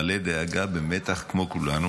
ומתח כמו כולנו.